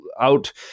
out